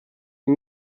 and